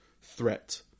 threat